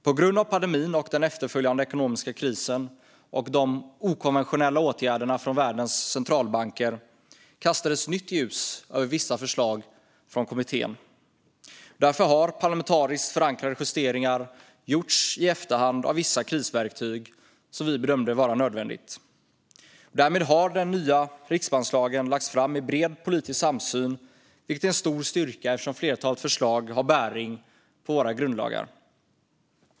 På grund av pandemin, den efterföljande ekonomiska krisen och de okonventionella åtgärderna från världens centralbanker kastades nytt ljus över vissa förslag från kommittén. Därför har det i efterhand gjorts parlamentariskt förankrade justeringar av vissa krisverktyg, vilket vi bedömde vara nödvändigt. Därmed har den nya riksbankslagen lagts fram i bred politisk samsyn, vilket är en stor styrka eftersom flertalet förslag har bäring på våra grundlagar.